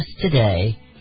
today